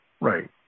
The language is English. Right